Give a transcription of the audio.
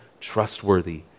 trustworthy